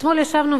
אתמול ישבנו,